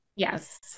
Yes